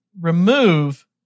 remove